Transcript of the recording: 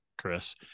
Chris